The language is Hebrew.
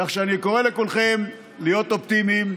כך שאני קורא לכולכם להיות אופטימיים.